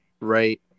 right